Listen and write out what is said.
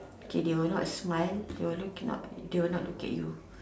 K they will not smile they will look not they will not look at you